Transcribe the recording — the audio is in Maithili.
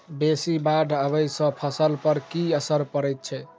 बेसी बाढ़ आबै सँ फसल पर की असर परै छै?